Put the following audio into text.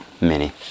mini